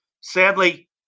sadly